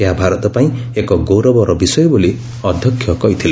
ଏହା ଭାରତ ପାଇଁ ଏକ ଗୌରବର ବିଷୟ ବୋଲି ଅଧ୍ୟକ୍ଷ କହିଥିଲେ